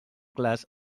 clars